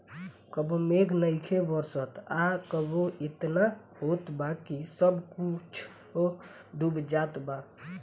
कबो मेघ नइखे बरसत आ कबो एतना होत बा कि सब कुछो डूब जात बा